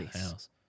house